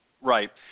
Right